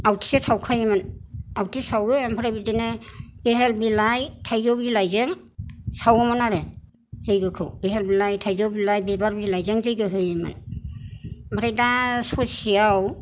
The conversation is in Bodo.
आवाथिसो सावखायोमोन आवाथि सावो ओमफ्राय बिदिनो बेहेल बिलाइ थायजौ बिलाइजों सावोमोन आरो जय्गखौ बेहेल बिलाइ थायजौ बिलाइ बिबार बिलाइ जों जैगो होयोमोन ओमफ्राय दा ससेआव